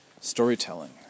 storytelling